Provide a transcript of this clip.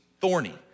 thorny